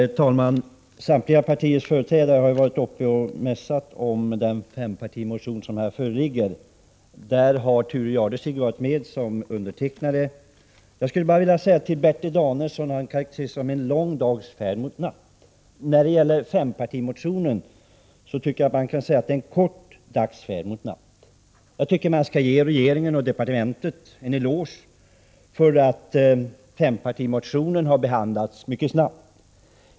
Herr talman! Samtliga partiers företrädare har varit uppe i talarstolen och mässat om den fempartimotion som föreligger. Både Thure Jadestig och jag finns med bland dem som har undertecknat den. Bertil Danielsson karakteriserade den här debatten som en lång dags färd mot natt. Beträffande fempartimotionen tycker jag man kan säga att det är en kort dags färd mot natt. Regeringen och departementet bör få en eloge för att fempartimotionen har behandlats mycket snabbt.